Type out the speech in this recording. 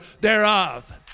thereof